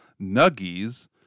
nuggies